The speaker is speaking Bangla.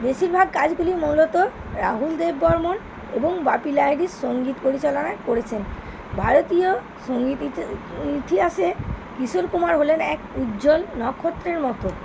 বেশিরভাগ কাজগুলি মূলত রাহুল দেব বর্মণ এবং বাপি লাহিড়ী সঙ্গীত পরিচালনা করেছেন ভারতীয় সঙ্গীত ইতিহাসে কিশোর কুমার হলেন এক উজ্জ্বল নক্ষত্রের মতো